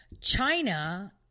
China